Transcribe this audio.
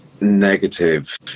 negative